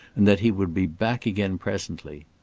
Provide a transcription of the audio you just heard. and that he would be back again presently.